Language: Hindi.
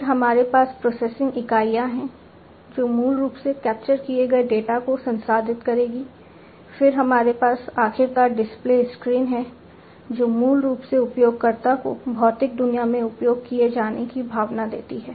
फिर हमारे पास प्रोसेसिंग इकाइयाँ हैं जो मूल रूप से कैप्चर किए गए डेटा को संसाधित करेगी फिर हमारे पास आखिरकार डिस्प्ले स्क्रीन हैं जो मूल रूप से उपयोगकर्ता को भौतिक दुनिया में उपयोग किए जाने की भावना देती हैं